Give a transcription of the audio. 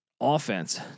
offense